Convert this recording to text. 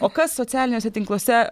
o kas socialiniuose tinkluose